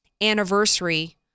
anniversary